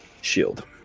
shield